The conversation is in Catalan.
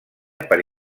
per